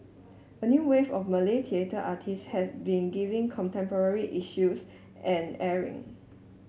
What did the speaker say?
a new wave of Malay theatre artist has been giving contemporary issues an airing